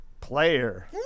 player